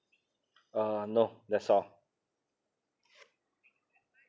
uh no that's all